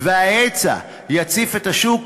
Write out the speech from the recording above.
וההיצע יציף את השוק,